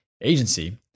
agency